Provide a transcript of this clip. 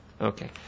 Okay